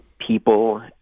People